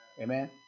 Amen